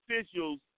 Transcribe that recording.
officials